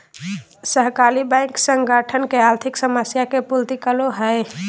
सहकारी बैंक संगठन के आर्थिक समस्या के पूर्ति करो हइ